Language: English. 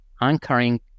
anchoring